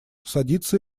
садится